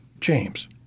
James